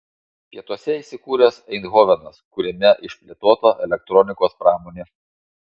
pietuose įsikūręs eindhovenas kuriame išplėtota elektronikos pramonė